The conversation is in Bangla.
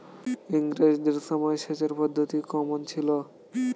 ইঙরেজদের সময় সেচের পদ্ধতি কমন ছিল?